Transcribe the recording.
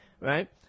right